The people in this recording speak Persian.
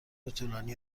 طولانی